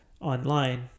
online